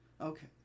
Okay